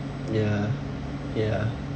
ya ya